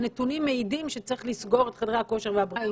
מעידים שצריך לסגור את חדרי הכושר והבריכות,